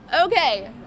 Okay